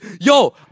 yo